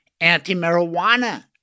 anti-marijuana